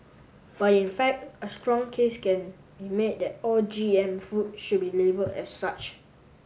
but in fact a strong case can be made that all G M food should be labelled as such